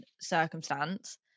circumstance